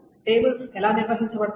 tables ఎలా నిర్వహించబడతాయి